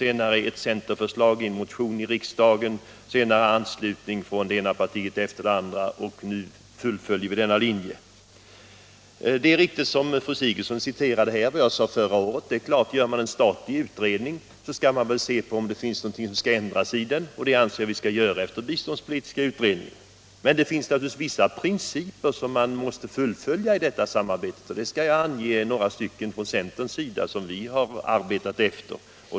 Sedan framfördes ett centerförslag i en motion i riksdagen, vilket fick anslutning från det ena partiet efter det andra. Nu fullföljer vi denna linje. Det är riktigt som fru Sigurdsen påstod att jag sade. Görs en statlig utredning, skall man därefter se om det finns någonting som behöver ändras i vår biståndspolitik. Det anser vi beträffande biståndspolitiska utredningen. Men det finns naturligtvis i detta samarbete vissa principer som måste fullföljas. Jag skall ange några principer, som vi inom centern har arbetat efter.